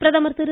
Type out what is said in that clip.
பிரதமர் திரு